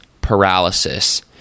Paralysis